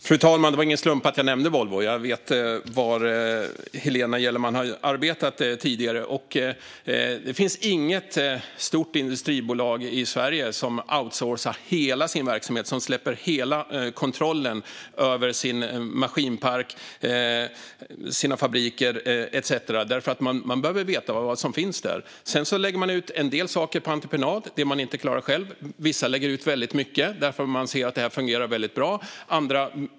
Fru talman! Det var ingen slump att jag nämnde Volvo. Jag vet var Helena Gellerman har arbetat tidigare. Det finns inget stort industribolag i Sverige som outsourcar hela sin verksamhet och som släpper kontrollen över sin maskinpark, sina fabriker etcetera. Man behöver nämligen veta vad som finns där. Man lägger ut en del saker på entreprenad, det man inte klarar av själv. Vissa lägger ut väldigt mycket, eftersom de ser att det fungerar väldigt bra.